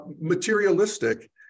materialistic